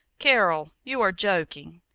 carol, you are joking.